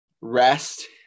rest